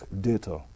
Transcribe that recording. data